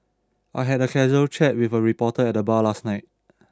I had a casual chat with a reporter at the bar last night